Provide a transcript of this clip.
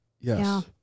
Yes